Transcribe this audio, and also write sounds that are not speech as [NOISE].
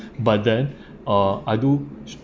[BREATH] but then [BREATH] uh I do